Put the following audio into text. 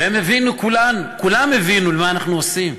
והם הבינו, כולם, כולם הבינו מה אנחנו עושים.